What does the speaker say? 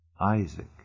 Isaac